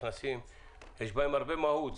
יש בהן הרבה מהות.